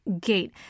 gate